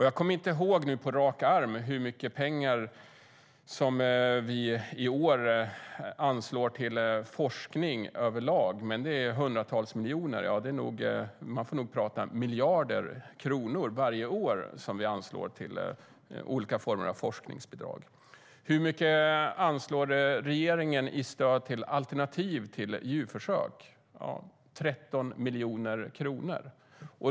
Jag kommer inte ihåg på rak arm hur mycket pengar vi i år anslår till forskning överlag, men det är hundratals miljoner kronor varje år - man får nog säga miljarder - som vi anslår till olika former av forskningsbidrag. Hur mycket anslår regeringen då till stöd för alternativ till djurförsök? Jo, 13 miljoner kronor.